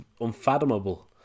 unfathomable